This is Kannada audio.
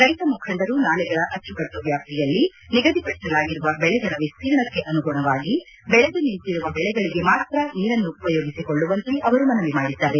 ರೈತ ಮುಖಂಡರು ನಾಲೆಗಳ ಅಚ್ಚುಕಟ್ಟು ವ್ಯಾಪ್ತಿಯಲ್ಲಿ ನಿಗದಿಪಡಿಸಲಾಗಿರುವ ಬೆಳೆಗಳ ವಿಸ್ತೀರ್ಣಕ್ಕ ಅನುಗುಣವಾಗಿ ಬೆಳೆದು ನಿಂತಿರುವ ಬೆಳೆಗಳಿಗೆ ಮಾತ್ರ ನೀರನ್ನು ಉಪಯೋಗಿಸಿಕೊಳ್ಳುವಂತೆ ಅವರು ಮನವಿ ಮಾಡಿದ್ದಾರೆ